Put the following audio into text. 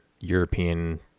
European